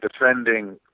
defending